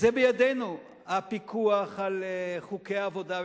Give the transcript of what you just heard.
הפיקוח על חוקי העבודה,